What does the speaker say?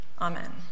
Amen